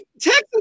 Texas